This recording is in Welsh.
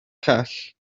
call